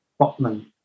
Botman